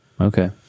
Okay